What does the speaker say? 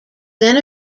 then